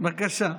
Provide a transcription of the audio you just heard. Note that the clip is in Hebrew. בבקשה.